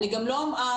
אני גם לא המוסמכת,